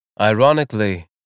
Ironically